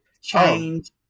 change